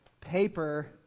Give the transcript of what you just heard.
paper